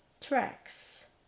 tracks